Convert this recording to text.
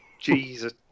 Jesus